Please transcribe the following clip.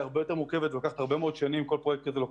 וההצעה כאן מוכנה בהקשר הסמכויות ומה נכון לעשות בכלל.